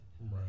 Right